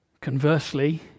Conversely